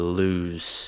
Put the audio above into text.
lose